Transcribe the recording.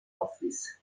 office